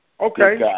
Okay